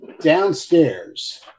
downstairs